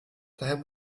daher